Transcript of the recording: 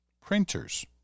printers